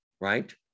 right